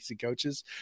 coaches